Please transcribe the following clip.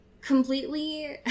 completely